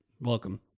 Welcome